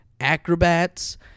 acrobats